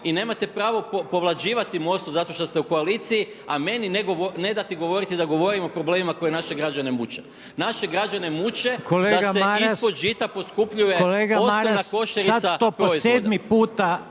i nemate pravo povlađivati MOST-u zato što ste u koaliciji a meni ne dati govoriti da govorim o problemima koji naše građane muče. Naše građane muči da se ispod žita … …/Upadica Reiner: Kolega